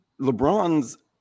LeBron's